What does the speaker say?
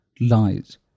lies